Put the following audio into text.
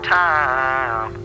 time